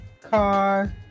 car